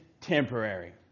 temporary